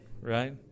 right